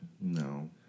No